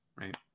right